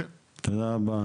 תודה רבה.